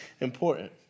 important